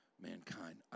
mankind